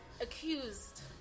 accused